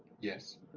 Yes